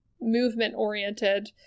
movement-oriented